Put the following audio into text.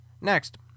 Next